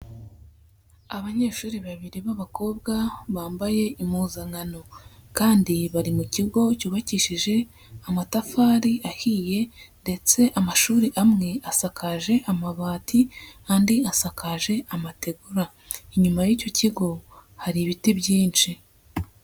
Abanyeshuri babiri b'abakobwa bambaye impuzankano kandi bari mu kigo cyubakishije amatafari ahiye ndetse amashuri amwe asakaje amabati, andi asakaje amategura, inyuma y'icyo kigo hari ibiti byinshi.